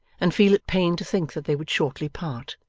and feel it pain to think that they would shortly part?